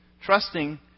trusting